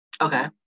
Okay